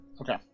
Okay